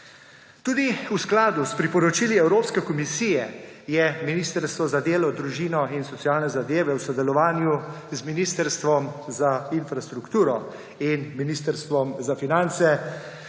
Tudi v skladu s priporočili Evropske komisije je Ministrstvo za delo, družino, socialne zadeve in enake možnosti v sodelovanju z Ministrstvom za infrastrukturo in Ministrstvom za finance